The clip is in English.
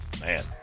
man